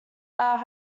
are